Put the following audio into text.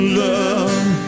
love